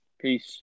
Peace